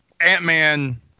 Ant-Man